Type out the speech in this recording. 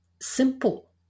simple